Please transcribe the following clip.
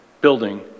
building